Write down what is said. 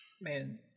Man